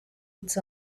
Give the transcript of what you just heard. its